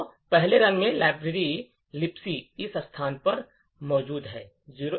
तो पहले रन में लिबक लाइब्रेरी इस स्थान पर मौजूद है 0xb75d000